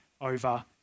over